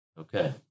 okay